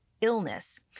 illness